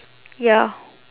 ya